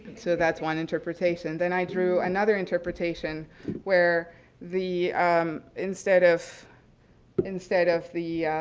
so that's one interpretation. then i drew another interpretation where the instead of instead of the,